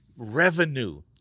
Revenue